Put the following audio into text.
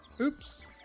Oops